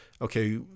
okay